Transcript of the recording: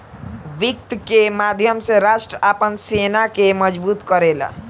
वित्त के माध्यम से राष्ट्र आपन सेना के मजबूत करेला